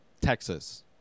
Texas